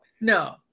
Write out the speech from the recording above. No